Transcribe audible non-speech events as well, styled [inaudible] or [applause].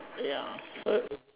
ya [noise] so